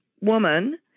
woman